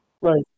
right